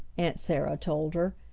aunt sarah told her.